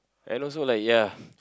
and also like ya